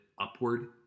upward